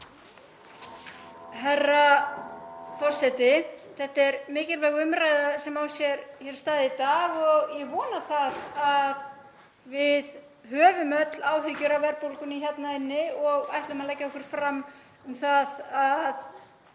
Herra forseti. Þetta er mikilvæg umræða sem á sér stað í dag og ég vona að við höfum öll áhyggjur af verðbólgunni og ætlum að leggja okkur fram við að